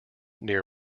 near